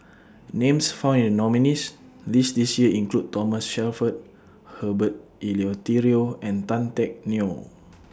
Names found in nominees' list This Year include Thomas Shelford Herbert Eleuterio and Tan Teck Neo